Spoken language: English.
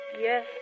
Yes